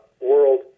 world